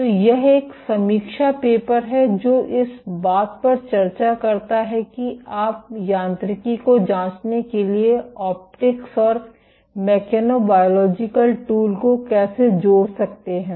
तो यह एक समीक्षा पेपर है जो इस बात पर चर्चा करता है कि आप यांत्रिकी को जांचने के लिए ऑप्टिक्स और मैकेनोबोलॉजिकल टूल को कैसे जोड़ सकते हैं